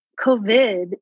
COVID